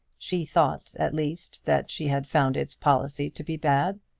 she thought, at least, that she had found its policy to be bad.